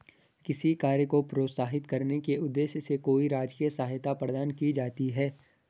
किसी कार्य को प्रोत्साहित करने के उद्देश्य से कोई राजकीय सहायता प्रदान की जाती है